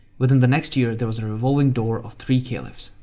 within the next year, there was a revolving door of three caliphs.